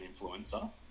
influencer